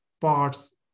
parts